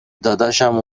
دادشمم